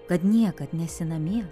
kad niekad nesi namie